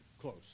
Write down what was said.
close